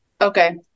Okay